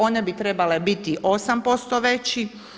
One bi trebale biti 8% veći.